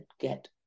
get